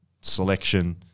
selection